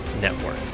Network